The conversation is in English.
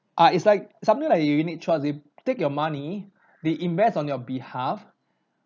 ah it's like something like u~ unit trusts they take your money they invest on your behalf